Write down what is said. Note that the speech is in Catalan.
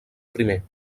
primer